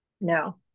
No